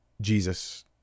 Jesus